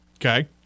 Okay